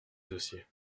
dossier